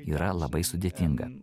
yra labai sudėtinga